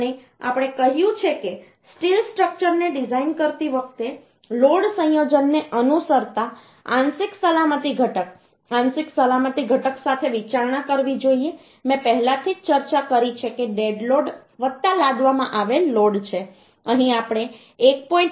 અને આપણે કહ્યું છે કે સ્ટીલ સ્ટ્રક્ચરને ડિઝાઇન કરતી વખતે લોડ સંયોજનને અનુસરતા આંશિક સલામતી ઘટક આંશિક સલામતી ઘટક સાથે વિચારણા કરવી જોઈએ મેં પહેલેથી જ ચર્ચા કરી છે કે ડેડ લોડ લાદવામાં આવેલ લોડ છે અહીં આપણે 1